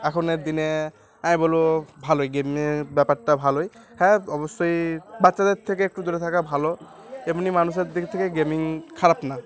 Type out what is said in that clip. এখনের দিনে আমি বলবো ভালোই গেমের ব্যাপারটা ভালোই হ্যাঁ অবশ্যই বাচ্চাদের থেকে একটু দূর থাকা ভালো এমনি মানুষের দিক থেকে গেমিং খারাপ না